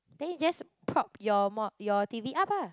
then you just prop your mo~ your T_V up ah